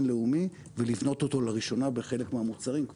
לאומי ולבנות אותו לראשונה בחלק מהמוצרים.